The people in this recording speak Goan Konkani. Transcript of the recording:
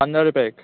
पंदरा रुप्या एक